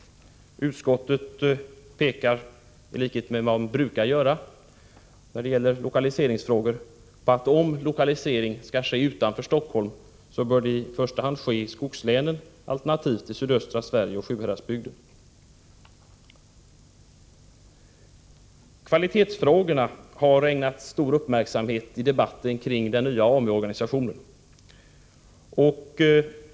Utskottet pekar i likhet med vad man brukar göra i lokaliseringsfrågor på att om lokalisering skall ske utanför Stockholm, bör det i första hand vara i skogslänen, alternativt i sydöstra Sverige och Sjuhäradsbygden. Kvalitetsfrågorna har ägnats stor uppmärksamhet i debatten kring den nya AMDU-organisationen.